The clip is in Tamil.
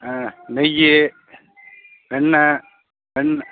ஆ நெய் வெண்ணய் வெண்